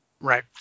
Right